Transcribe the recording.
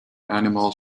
animals